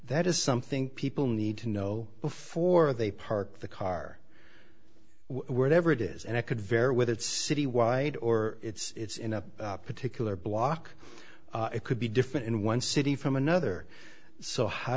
that is something people need to know before they parked the car wherever it is and it could vary with it's city wide or it's in a particular block it could be different in one city from another so how